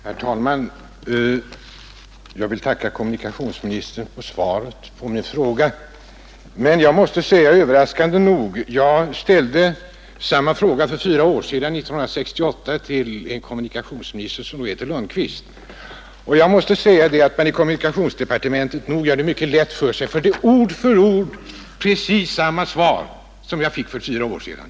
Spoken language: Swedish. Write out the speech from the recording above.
Herr talman! Jag vill tacka kommunikationsministern för svaret på min fråga. Jag ställde samma fråga för fyra år sedan, år 1968, till dåvarande kommunikationsministern Lundkvist, och jag måste säga att man i kommunikationsdepartementet gör det mycket lätt för sig: svaret är nämligen överraskande nog exakt samma svar som det jag fick för fyra år sedan.